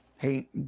Hey